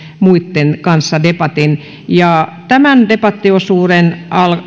muitten kanssa debatin tämän debattiosuuden